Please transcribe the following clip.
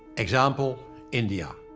example india.